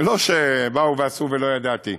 זה לא שבאו ועשו ולא ידעתי.